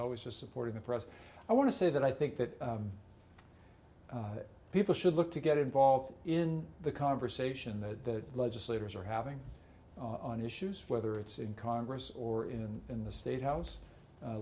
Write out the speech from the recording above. always just supporting the press i want to say that i think that people should look to get involved in the conversation that legislators are having on issues whether it's in congress or in in the state house